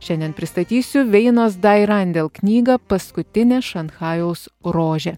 šiandien pristatysiu veinos dairandel knygą paskutinė šanchajaus rožė